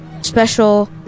special